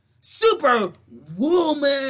Superwoman